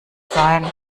sein